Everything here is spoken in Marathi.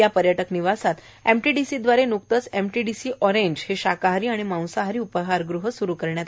या पर्यटक निवासात एमटीडीसीद्वारे न्कतेच एमटीडीसी ऑरेंज हे शाकाहारी व मांसाहारी उपहारगृह सुरु करण्यात आले